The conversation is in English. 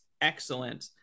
excellent